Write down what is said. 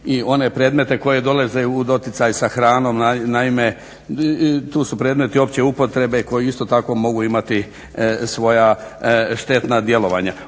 i one predmete koji dolaze u doticaj sa hranom. Naime, tu su predmeti opće upotrebe koji isto tako mogu imati svoja štetna djelovanja.